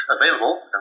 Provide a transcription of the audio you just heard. available